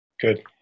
Good